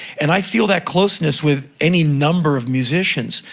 and i feel that closeness with any number of musicians.